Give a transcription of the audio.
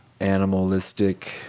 animalistic